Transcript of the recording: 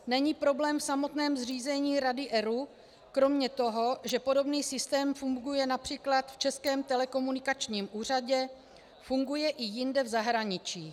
Není problém v samotném zřízení rady ERÚ kromě toho, že podobný systém funguje například v Českém telekomunikačním úřadě, funguje i jinde v zahraničí.